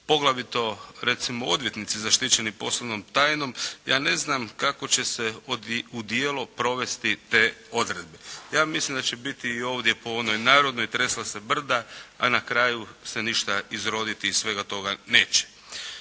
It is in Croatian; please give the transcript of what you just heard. poglavito recimo odvjetnici zaštićeni poslovnom tajnom, ja ne znam kako će se u djelo provesti te odredbe. Ja mislim da će biti i ovdje po onoj narodno, tresla se brda a na kraju se ništa izroditi iz svega toga neće.